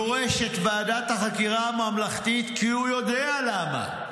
דורש את ועדת החקירה הממלכתית, כי הוא יודע למה.